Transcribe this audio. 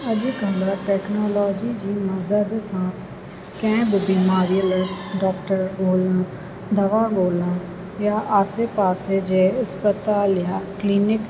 अॼु कल्ह टेक्नोलॉजी जी मदद सां कंहिं बि बीमारीअ लाइ डॉक्टर ॻोल्हणु दवा ॻोल्हणु या आसे पासे जे अस्पताल या क्लीनिक